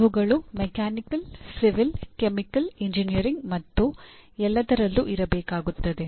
ಇವುಗಳು mechanical civil chemical engineering ಮತ್ತು ಎಲ್ಲದರಲ್ಲೂ ಇರಬೇಕಾಗುತ್ತದೆ